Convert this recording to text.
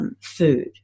food